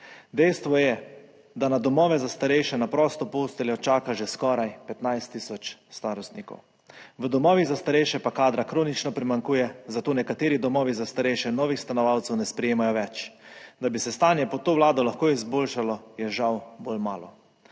Dejstvo je, da na domove za starejše na prosto posteljo čaka že skoraj 15 tisoč starostnikov. V domovih za starejše pa kadra kronično primanjkuje, zato nekateri domovi za starejše novih stanovalcev ne sprejemajo več. Da bi se stanje pod to vlado lahko izboljšalo, je žal bolj malo.